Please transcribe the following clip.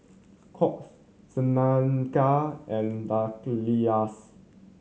Curt Shaneka and Dallas